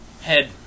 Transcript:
Head